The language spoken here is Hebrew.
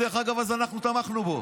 אז אנחנו תמכנו בו.